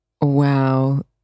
Wow